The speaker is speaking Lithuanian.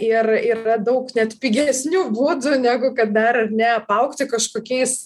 ir yra daug net pigesnių būdų negu kad dar ar ne apaugti kažkokiais